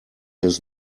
his